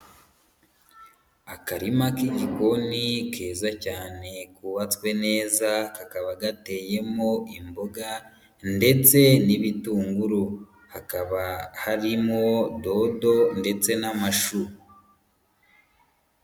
Akarima k'igikoni keza cyane kubatswe neza kakaba gateyemo imboga ndetse n'ibitunguru, hakaba harimo dodo ndetse n'amashu.